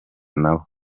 nabo